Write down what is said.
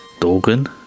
Dorgan